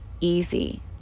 easy